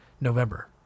November